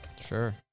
Sure